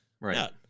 right